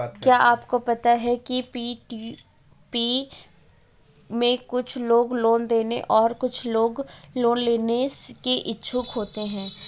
क्या आपको पता है पी.टू.पी में कुछ लोग लोन देने और कुछ लोग लोन लेने के इच्छुक होते हैं?